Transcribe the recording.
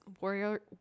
warrior